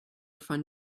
find